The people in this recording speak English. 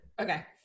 okay